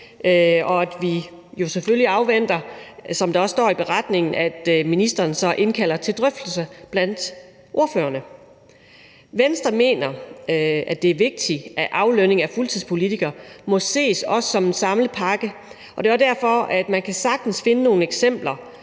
også står i beretningen, at ministeren så indkalder til drøftelser blandt ordførerne. Venstre mener, at det er vigtigt, at aflønning af fuldtidspolitikere også ses som en samlet pakke, og det er også derfor, at man sagtens kan finde nogle eksempler,